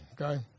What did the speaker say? okay